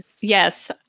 Yes